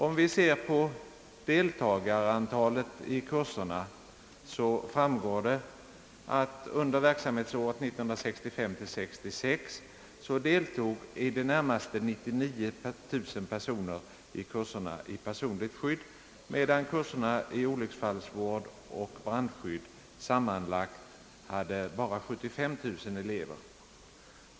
Om vi ser på deltagarantalet finner vi att under verksamhetsåret 1965/66 deltog i det närmaste 99000 personer i kurserna i personligt skydd, medan kurserna i olycksfallsvård och brandskydd sammanlagt hade bara 75 000 elever.